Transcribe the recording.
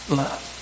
love